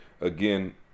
Again